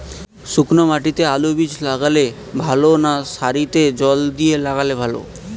শুক্নো মাটিতে আলুবীজ লাগালে ভালো না সারিতে জল দিয়ে লাগালে ভালো?